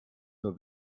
nur